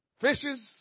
fishes